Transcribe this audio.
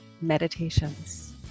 meditations